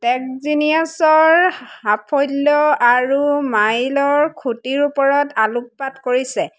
টেকজিনিয়াছৰ সাফল্য আৰু মাইলৰ খুঁটিৰ ওপৰত আলোকপাত কৰিছে